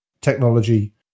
technology